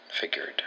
figured